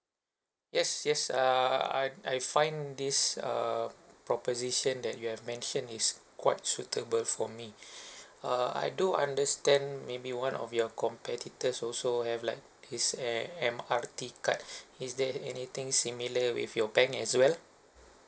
yes yes err I I find these uh proposition that you have mentioned is quite suitable for me err I do understand maybe one of your competitors also have like this err M_R_T card is there anything similar with your bank as well